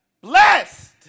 blessed